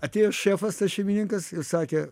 atėjo šefas tas šeimininkas ir sakė